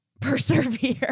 persevere